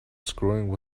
screwing